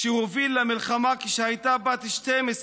שדיברה על הכוח של הנשים